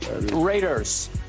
Raiders